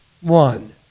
one